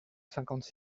cinquante